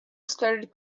started